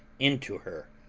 into her,